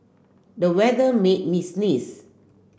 the weather made me sneeze